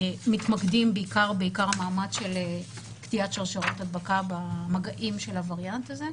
מתמקדים בעיקר המאמץ של קטיעת שרשרת ההדבקה במגעים של הווריאנט הזה.